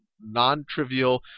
non-trivial